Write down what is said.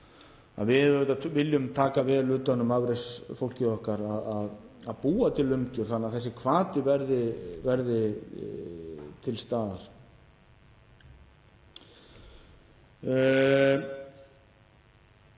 að við viljum taka vel utan um afreksfólkið okkar og búa til umgjörð þannig að þessi hvati verði til staðar.